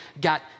got